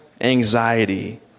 anxiety